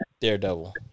Daredevil